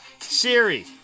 Siri